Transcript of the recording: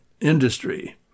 industry